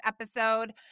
episode